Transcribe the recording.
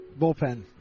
bullpen